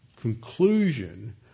conclusion